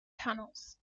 tunnels